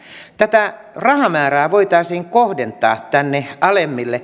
tätä rahamäärää voitaisiin kohdentaa alemmas